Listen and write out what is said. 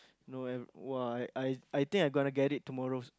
no I !wah! I I I think I gonna get it tomorrow